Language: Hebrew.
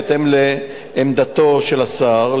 בהתאם לעמדתו של השר,